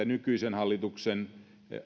nykyisen hallituksen